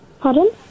Pardon